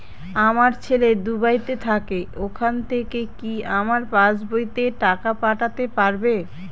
আমার ছেলে দুবাইতে থাকে ওখান থেকে কি আমার পাসবইতে টাকা পাঠাতে পারবে?